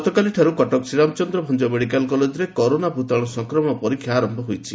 ଗତକାଲିଠାରୁ କଟକ ଶ୍ରୀରାମଚନ୍ଦ୍ର ଭଞ୍ଜ ମେଡ଼ିକାଲ କଲେଜରେ କରୋନା ଭ୍ତତାଣୁ ସଂକ୍ରମଣ ପରୀକ୍ଷା ଆରମ୍ଭ କରାଯାଇଛି